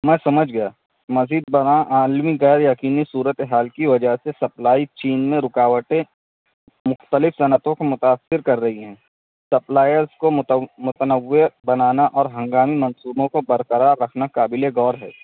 میں سمجھ گیا مزید برآں عالمی غیریقینی صورتحال کی وجہ سے سپلائی چین میں رکاوٹیں مختلف صنعتوں کو متأثر کر رہی ہیں سپلائرس کو متو متنوع بنانا اور ہنگامی منصوبوں کو برقرار رکھنا قابل غور ہے